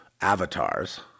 avatars